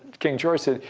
king george said,